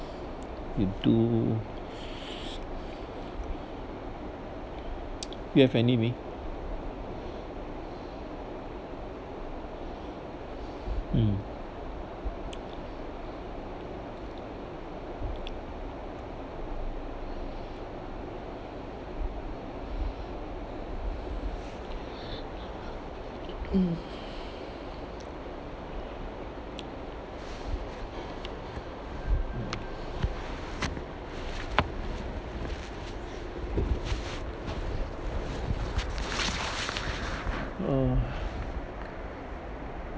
you do you have any may mm uh